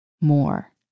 more